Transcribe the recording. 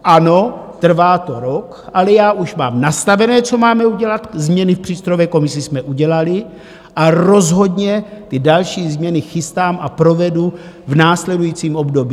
Ano, trvá to rok, ale já už mám nastavené, co máme udělat, změny v přístrojové komisi jsme udělali, a rozhodně ty další změny chystám a provedu v následujícím období.